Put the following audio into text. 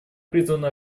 призвана